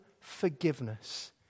forgiveness